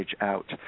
out